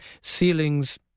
ceilings